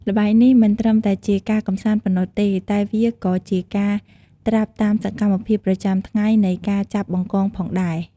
ល្បែងនេះមិនត្រឹមតែជាការកម្សាន្តប៉ុណ្ណោះទេ តែវាក៏ជាការត្រាប់តាមសកម្មភាពប្រចាំថ្ងៃនៃការចាប់បង្កងផងដែរ។